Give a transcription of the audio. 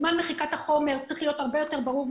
זמן מחיקת החומר צריך להיות הרבה יותר ברור.